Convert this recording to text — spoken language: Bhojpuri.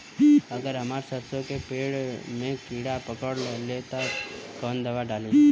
अगर हमार सरसो के पेड़ में किड़ा पकड़ ले ता तऽ कवन दावा डालि?